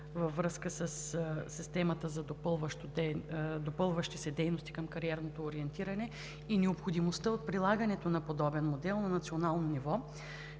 във връзка със системата за допълващи се дейности към кариерното ориентиране и необходимостта от прилагането на подобен модел на национално ниво.